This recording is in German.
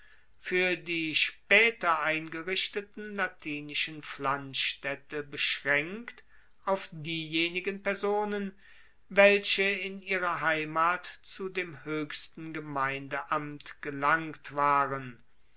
fuer die spaeter eingerichteten latinischen pflanzstaedte beschraenkt auf diejenigen personen welche in ihrer heimat zu dem hoechsten gemeindeamt gelangt waren